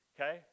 okay